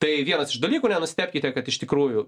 tai vienas iš dalykų nenustebkite kad iš tikrųjų